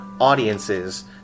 audiences